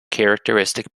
characteristic